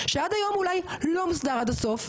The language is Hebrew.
שעד היום אולי לא מוסדר עד הסוף,